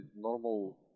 normal